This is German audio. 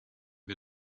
wir